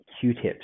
q-tips